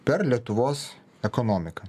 per lietuvos ekonomiką